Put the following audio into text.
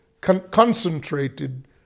concentrated